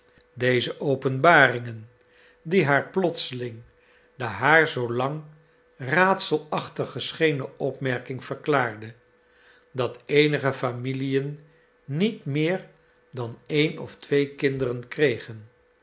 deze openbaringen die haar plotseling de haar zoo lang raadselachtig geschenen opmerking verklaarde dat eenige familiën niet meer dan een of twee kinderen kregen